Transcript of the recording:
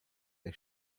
der